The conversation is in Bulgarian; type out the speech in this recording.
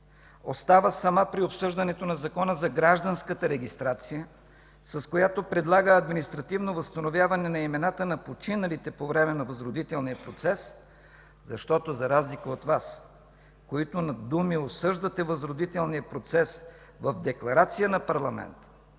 остава сама при обсъждането на Закона за гражданската регистрация, с която предлага административно възстановяване на имената на починалите по време на възродителния процес. Защото, за разлика от Вас, които на думи осъждате възродителния процес в декларация на парламента,